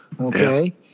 Okay